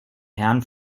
herrn